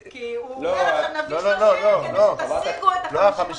הוא אומר נביא 30 כדי שתשיגו את ה-50 הקיימים.